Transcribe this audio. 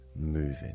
moving